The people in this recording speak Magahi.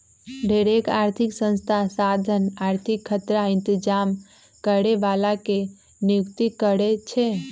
ढेरेक आर्थिक संस्था साधन आर्थिक खतरा इतजाम करे बला के नियुक्ति करै छै